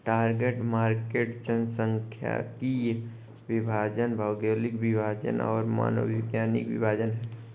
target market जनसांख्यिकीय विभाजन, भौगोलिक विभाजन और मनोवैज्ञानिक विभाजन हैं